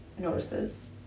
notices